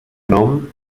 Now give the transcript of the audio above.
nom